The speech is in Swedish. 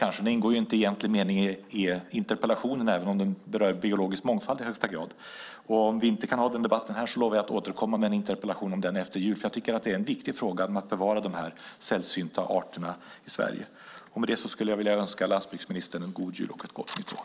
Den ingår ju inte i interpellationen, även om den i högsta grad berör biologisk mångfald. Om vi inte kan ha den debatten här lovar jag att återkomma med en interpellation om det efter jul. Jag tycker att det är viktigt att bevara de sällsynta arterna i Sverige. Med det önskar jag landsbygdsministern en god jul och ett gott nytt år.